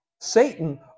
Satan